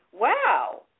wow